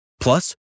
Plus